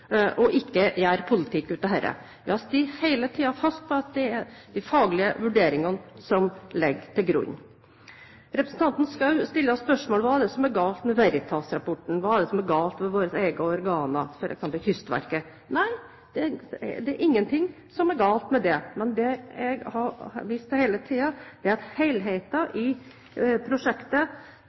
ikke gjøre politikk av dette. Vi har hele tiden stått fast på at det er de faglige vurderingene som ligger til grunn. Representanten Schou stiller spørsmålet: Hva er det som er galt med Veritas-rapporten, hva er det som er galt med våre egne organer, f.eks. Kystverket? Nei, det er ingenting som er galt med det. Men det jeg har vist til hele tiden, er at helheten i prosjektet,